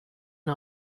n’a